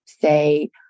say